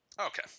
Okay